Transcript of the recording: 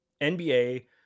NBA